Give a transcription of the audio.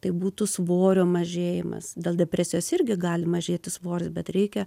tai būtų svorio mažėjimas dėl depresijos irgi gali mažėti svoris bet reikia